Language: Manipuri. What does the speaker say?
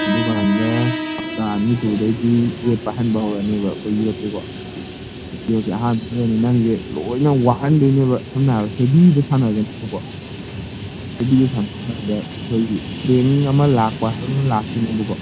ꯑꯗꯨꯀꯥꯟꯗ ꯍꯞꯇꯥ ꯑꯅꯤ ꯁꯨꯕꯗꯩꯗꯤ ꯌꯣꯠ ꯄꯥꯏꯍꯟꯕ ꯍꯧꯔꯛꯑꯅꯦꯕ ꯑꯩꯈꯣꯏ ꯌꯣꯠꯁꯦꯀꯣ ꯌꯣꯠꯁꯦ ꯑꯍꯥꯟꯕꯗ ꯅꯪꯖꯦ ꯂꯣꯏꯅ ꯋꯥꯍꯟꯗꯣꯏꯅꯦꯕ ꯁꯝꯅ ꯍꯥꯏꯕꯗ ꯍꯦꯚꯤꯠ ꯁꯥꯟꯅꯒꯅꯦꯕꯀꯣ ꯍꯦꯚꯤꯠ ꯁꯥꯟꯅ ꯃꯇꯝꯗ ꯑꯩꯈꯣꯏꯒꯤ ꯁ꯭ꯇꯔꯦꯡ ꯑꯃ ꯂꯥꯛꯄ ꯍꯥꯏꯕꯑꯃ ꯂꯥꯛꯇꯣꯏꯅꯦꯕꯀꯣ